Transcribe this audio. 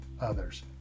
others